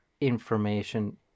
information